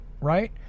right